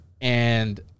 And-